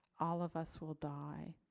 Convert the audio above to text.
all of us will die.